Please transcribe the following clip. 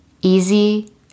easy